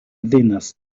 ddinas